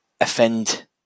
offend